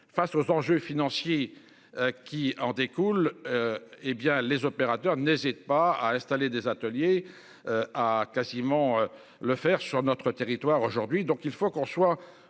face aux enjeux financiers. Qui en découlent. Eh bien, les opérateurs n'hésite pas à installer des ateliers. A quasiment le faire sur notre territoire aujourd'hui.